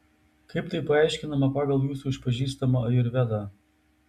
kaip tai paaiškinama pagal jūsų išpažįstamą ajurvedą